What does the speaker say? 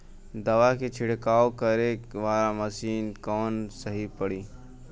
दवा के छिड़काव करे वाला मशीन कवन सही पड़ी?